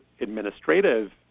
administrative